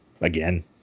again